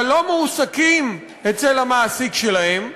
אבל לא מועסקים אצל המעסיק שלהם,